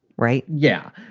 right? yeah.